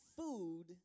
Food